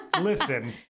Listen